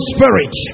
Spirit